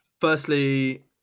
Firstly